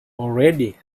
already